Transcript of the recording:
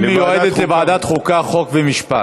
בוועדת חוקה, היא מיועדת לוועדת החוקה, חוק ומשפט.